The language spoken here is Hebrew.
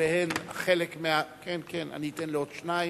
אני אתן לעוד שניים,